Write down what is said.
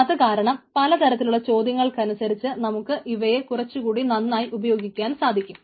അതുകാരണം പലതരത്തിലുള്ള ചോദ്യങ്ങൾക്കനുസരിച്ച് നമുക്ക് ഇവയെ കുറച്ചുകൂടി നന്നായി ഉപയോഗിക്കാൻ സാധിക്കും